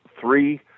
three